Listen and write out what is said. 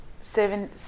seven